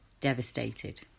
devastated